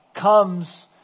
comes